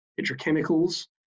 petrochemicals